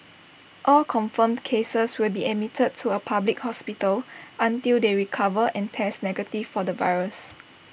all confirmed cases will be admitted to A public hospital until they recover and test negative for the virus